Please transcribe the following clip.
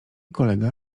kolega